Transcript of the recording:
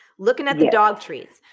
looking at the dog treats,